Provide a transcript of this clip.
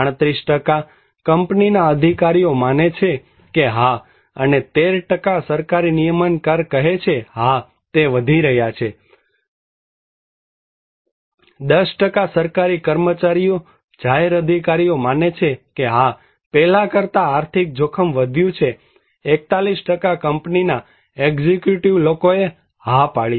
38 કંપનીના અધિકારીઓ માને છે કે હા અને 13 સરકારી નિયમનકાર કહે છે કે હા તે વધી રહ્યા છે 10 સરકારી કર્મચારીઓ જાહેર અધિકારીઓ માને છે કે હા પહેલા કરતાં આર્થિક જોખમ વધ્યું છે 41 કંપનીના એક્ઝીકયુટીવ લોકો એ હા પાડી